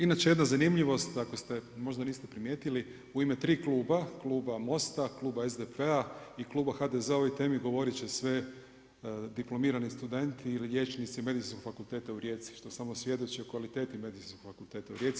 Inače jedna zanimljivost ako ste, možda niste primijetili u ime tri kluba, kluba MOST-a, kluba SDP-a i kluba HDZ-a o ovoj temi govorit će sve diplomirani studenti ili liječnici Medicinskog fakluteta u Rijeci što samo svjedoči o kvaliteti Medicinskog fakluteta u Rijeci.